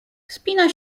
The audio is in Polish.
wspina